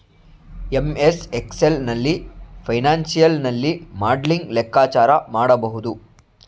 MS Excel ನಲ್ಲಿ financial ನಲ್ಲಿ modelling ಲೆಕ್ಕಾಚಾರ ಮಾಡಬಹುದು